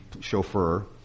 chauffeur